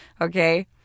Okay